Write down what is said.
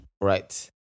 right